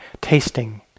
tasting